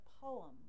poem